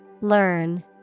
Learn